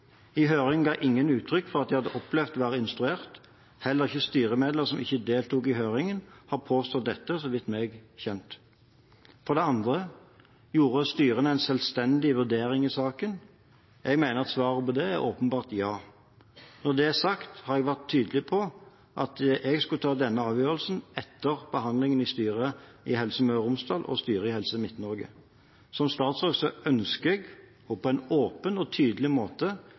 I høringen ga ingen uttrykk for at de hadde opplevd å være instruert. Heller ikke styremedlemmer som ikke deltok i høringen, har påstått dette, så vidt jeg vet. For det andre: Gjorde styrene en selvstendig vurdering i saken? Jeg mener at svaret på det er åpenbart ja. Når det er sagt, har jeg vært tydelig på at jeg skulle ta denne avgjørelsen etter behandlingen i styret i Helse Møre og Romsdal og styret i Helse Midt-Norge. Som statsråd ønsker jeg, på en åpen og tydelig måte,